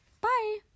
bye